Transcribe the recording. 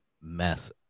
mess